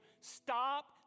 stop